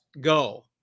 go